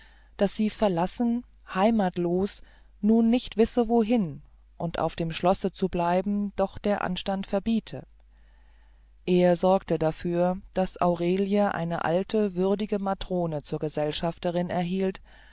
daß sie verlassen heimatslos nun nicht wisse wohin und auf dem schlosse zu bleiben doch der anstand verbiete er sorgte dafür daß aurelie eine alte würdige matrone zur gesellschafterin erhielt